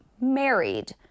married